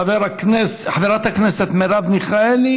חברי הכנסת מרב מיכאלי